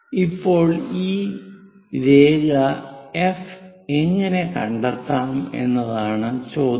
ഇപ്പോൾ ഈ രേഖ എഫ് എങ്ങനെ കണ്ടെത്താം എന്നതാണ് ചോദ്യം